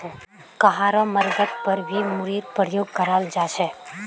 कहारो मर्गत पर भी मूरीर प्रयोग कराल जा छे